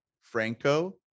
Franco